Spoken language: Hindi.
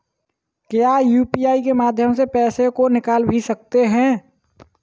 क्या यू.पी.आई के माध्यम से पैसे को निकाल भी सकते हैं?